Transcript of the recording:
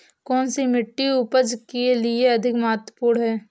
कौन सी मिट्टी उपज के लिए अधिक महत्वपूर्ण है?